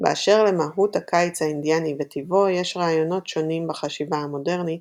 באשר למהות הקיץ האינדיאני וטיבו יש רעיונות שונים בחשיבה המודרנית,